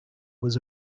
was